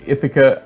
Ithaca